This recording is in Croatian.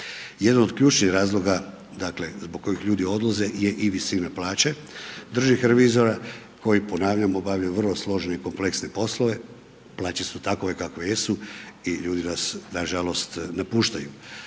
Jedan od ključnih razloga dakle, zbog kojih ljudi odlaze je i visina plaće državnih revizora, koji ponavljam obavljaju vrlo složene i kompleksne poslove, plaće su takve kakve jesu i ljudi nas nažalost napuštaju.